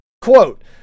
Quote